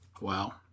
Wow